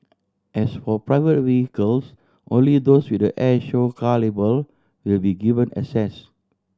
as for private vehicles only those with the air show car label will be given access